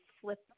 flip